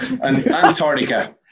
Antarctica